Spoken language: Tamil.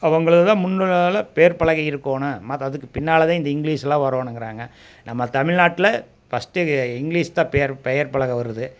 அவங்களதான் முன்னால் பேர்பலகை இருக்கணும் மற்ற அதுக்கு பின்னால் தான் இந்த இங்கிலீஷ்லாம் வரணுங்கிறாங்க நம்ம தமிழ்நாட்டில ஃபஸ்ட் இங்கிலீஷ் தான் பெயர் பெயர்பலகை வருது